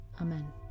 Amen